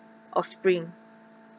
or spring